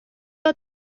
داد